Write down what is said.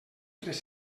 tres